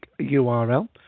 URL